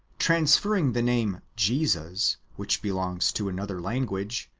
transferring the name jesus, which belongs to another language,